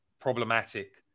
problematic